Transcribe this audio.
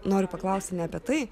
noriu paklausti ne apie tai